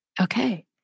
Okay